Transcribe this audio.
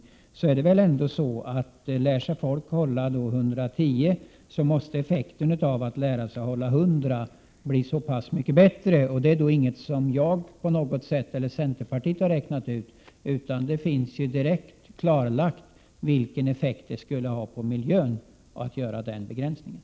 Men effekten måste bli mycket större om folk lär sig att hålla 100 km tim. Detta är ingenting som jag eller centerpartiet har räknat ut, utan det är direkt klarlagt vilken effekt denna begränsning skulle ha på miljön.